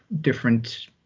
different